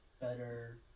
better